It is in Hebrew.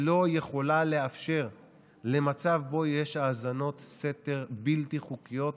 שלא יכולה לאפשר מצב שבו יש האזנות סתר בלתי חוקיות